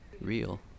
Real